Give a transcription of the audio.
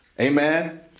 Amen